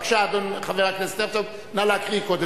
בבקשה, חבר הכנסת הרצוג, נא להקריא, קודם כול.